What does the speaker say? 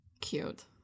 Cute